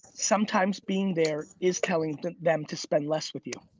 sometimes being there is telling them to spend less with you.